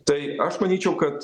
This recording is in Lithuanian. tai aš manyčiau kad